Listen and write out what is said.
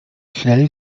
schnell